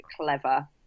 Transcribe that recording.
clever